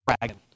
dragon